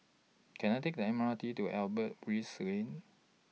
Can I Take The M R T to Albert Lane